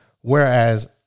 Whereas